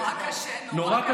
נורא קשה, נורא קשה.